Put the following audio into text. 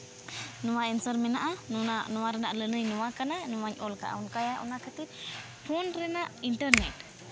ᱱᱚᱣᱟ ᱮᱱᱥᱟᱨ ᱢᱮᱱᱟᱜᱼᱟ ᱚᱱᱟ ᱱᱚᱣᱟ ᱨᱮᱱᱟᱜ ᱞᱟᱹᱱᱟᱹᱭ ᱱᱚᱣᱟ ᱠᱟᱱᱟ ᱱᱚᱣᱟᱧ ᱚᱞ ᱠᱟᱜᱼᱟ ᱚᱱᱠᱟᱭᱟᱭ ᱚᱱᱟ ᱠᱷᱟᱹᱛᱤᱨ ᱯᱷᱳᱱ ᱨᱮᱱᱟᱜ ᱤᱱᱴᱟᱨᱱᱮᱴ